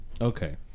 Okay